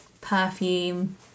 perfume